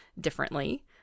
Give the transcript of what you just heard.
differently